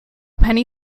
penny